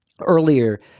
earlier